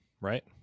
Right